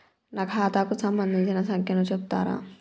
నా ఖాతా కు సంబంధించిన సంఖ్య ను చెప్తరా?